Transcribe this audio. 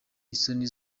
isoni